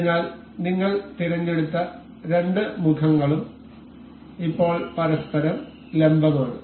അതിനാൽ നിങ്ങൾ തിരഞ്ഞെടുത്ത രണ്ട് മുഖങ്ങളും ഇപ്പോൾ പരസ്പരം ലംബമാണ്